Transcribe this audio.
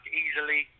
easily